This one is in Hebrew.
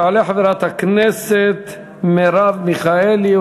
תעלה חברת הכנסת מרב מיכאלי,